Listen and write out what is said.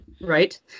Right